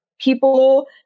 people